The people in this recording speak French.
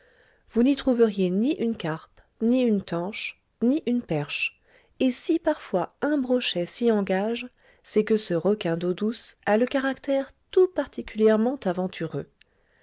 vous n'y trouveriez ni une carpe ni une tanche ni une perche et si parfois un brochet s'y engage c'est que ce requin d'eau douce a le caractère tout particulièrement aventureux